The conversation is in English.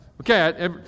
Okay